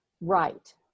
right